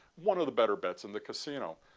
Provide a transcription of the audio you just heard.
one of the better bets in the casino.